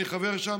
אני חבר שם,